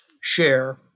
share